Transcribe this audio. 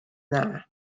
dda